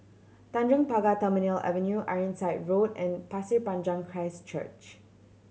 Tanjong Pagar Terminal Avenue Ironside Road and Pasir Panjang Christ Church